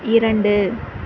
இரண்டு